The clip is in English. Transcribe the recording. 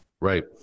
Right